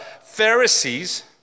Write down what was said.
Pharisees